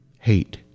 hate